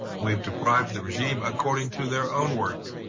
we've deprived the regime, according to their own words,